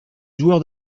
joueur